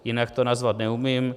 Jinak to nazvat neumím.